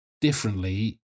differently